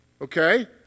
Okay